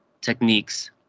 techniques